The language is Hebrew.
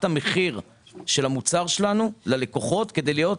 המחיר של המוצר שלנו ללקוחות כדי להיות